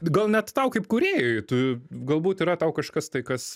gal net tau kaip kūrėjui tu galbūt yra tau kažkas tai kas